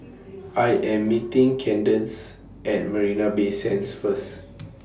I Am meeting Kandace At Marina Bay Sands First